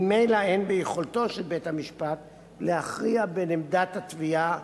ממילא אין ביכולתו של בית-המשפט להכריע בין עמדת התביעה,